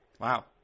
Wow